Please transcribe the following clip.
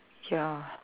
ya